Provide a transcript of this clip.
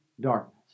darkness